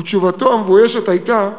ותשובתו המבוישת הייתה: